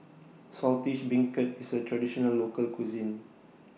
Saltish Beancurd IS A Traditional Local Cuisine